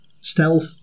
Stealth